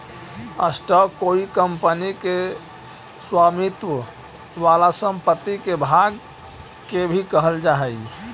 stock कोई company के स्वामित्व वाला संपत्ति के भाग के भी कहल जा हई